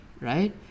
Right